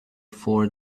four